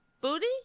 Booty